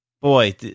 boy